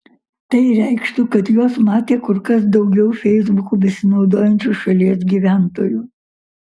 tai reikštų kad juos matė kur kas daugiau feisbuku besinaudojančių šalies gyventojų